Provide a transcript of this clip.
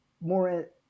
more